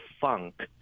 funk